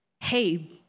hey